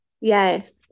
yes